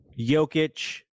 Jokic